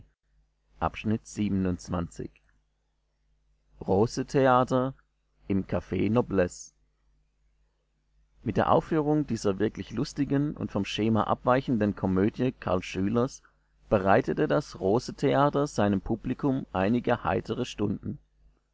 volks-zeitung april rose-theater im caf noblesse mit der aufführung dieser wirklich lustigen und vom schema abweichenden komödie karl schülers bereitete das rose-theater seinem publikum einige heitere stunden